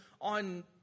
on